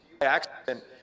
accident